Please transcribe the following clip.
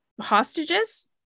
hostages